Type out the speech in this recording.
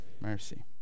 mercy